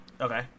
Okay